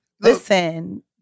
Listen